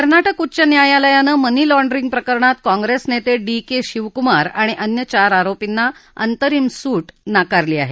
कर्नाटक उच्च न्यायालयानं money laundering प्रकरणात काँग्रेस नेते डी के शिवकुमार आणि अन्य चार आरोपींना अंतरिम सूट नाकारली आहे